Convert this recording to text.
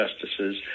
justices